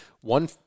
One